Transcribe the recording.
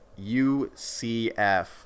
UCF